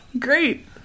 Great